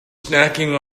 snacking